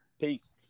Peace